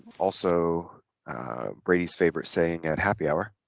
also brady's favor saying and happy hour